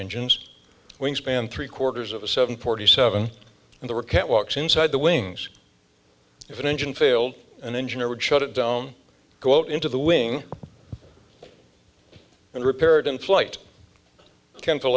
engines wingspan three quarters of a seven forty seven and they were catwalks inside the wings of an engine failed an engineer would shut it down go out into the wing and repaired in flight can